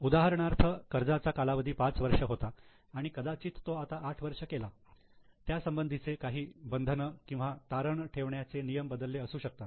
उदाहरणार्थ कर्जाचा कालावधी 5 वर्ष होता आणि कदाचित तो आता 8 वर्ष केला त्यासंबंधीचे काही बंधन किंवा तारण ठेवण्याचे नियम बदलले असू शकतात